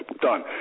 done